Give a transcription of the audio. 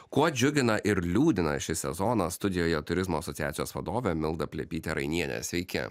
kuo džiugina ir liūdina šį sezoną studijoje turizmo asociacijos vadovė milda plepytė rainienė sveiki